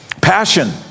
passion